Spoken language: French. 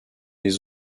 les